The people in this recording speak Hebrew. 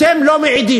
אתם לא מעידים,